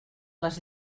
les